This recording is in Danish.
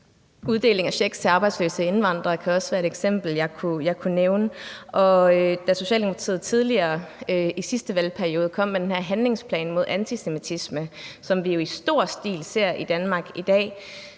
Uddeling af checks til arbejdsløse indvandrere kan også være et eksempel, jeg kunne nævne. Og da Socialdemokratiet tidligere, i sidste valgperiode, kom med den her handlingsplan mod antisemitisme, som vi i stor stil ser i Danmark i dag,